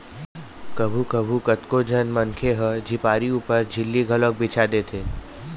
कभू कभू कतको झन मनखे ह झिपारी ऊपर झिल्ली घलोक बिछा देथे